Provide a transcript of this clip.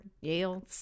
yale